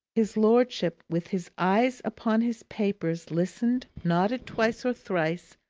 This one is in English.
his lordship, with his eyes upon his papers, listened, nodded twice or thrice,